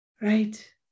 right